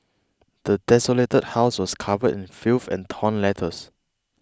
the desolated house was covered in filth and torn letters